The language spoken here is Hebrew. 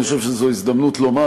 אני חושב שזו הזדמנות לומר,